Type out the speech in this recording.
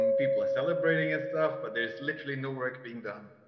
and people are celebrating and stuff, but there's literally no work being done.